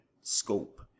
scope